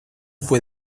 fue